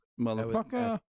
Motherfucker